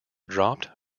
dropped